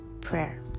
prayer